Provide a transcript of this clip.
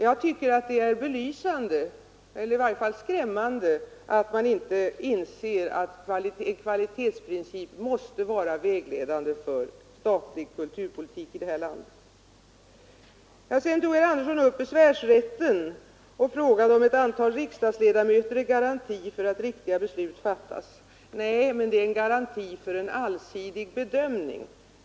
Jag tycker att det är belysande, ja skrämmande, att man inte anser att kvalitetsprincipen måste vara vägledande för statlig kulturpolitik i detta land. Sedan tog herr Andersson upp besvärsrätten och frågade om ett antal riksdagsledamöter är garanti för att riktiga beslut fattas. Nej, men det är garanti för en allsidig bedömning.